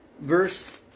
verse